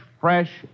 fresh